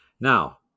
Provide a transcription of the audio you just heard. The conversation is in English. Now